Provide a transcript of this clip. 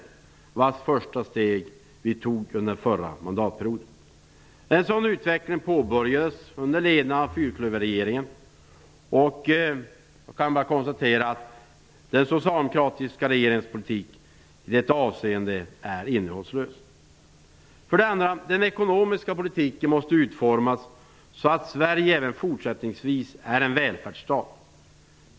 Vi tog det första steget under den förra mandatperioden. En sådan utveckling påbörjades under ledning av fyrklöverregeringen. Jag kan bara konstatera att den socialdemokratiska regeringens politik i detta avseende är innehållslös. För det andra: Den ekonomiska politiken måste utformas så att Sverige även fortsättningsvis är en välfärdsstat.